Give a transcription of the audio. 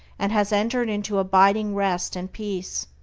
and has entered into abiding rest and peace.